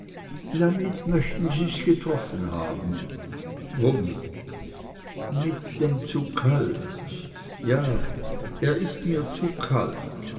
damit möchten sie's getroffen haben womit mit dem zu kalt ja er ist mir zu kalt